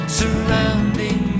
surrounding